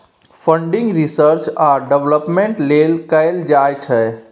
funding research आ development लेल कएल जाइ छै